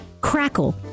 crackle